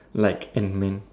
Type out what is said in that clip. like Ant-man